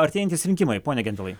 artėjantys rinkimai pone gentvilai